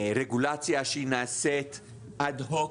רגולציה שנעשית "אד-הוק",